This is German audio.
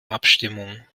abstimmung